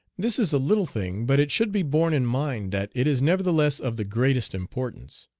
this is a little thing, but it should be borne in mind that it is nevertheless of the greatest importance.